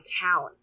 town